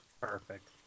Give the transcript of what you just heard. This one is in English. Perfect